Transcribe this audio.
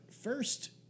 first